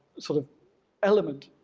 sort of element,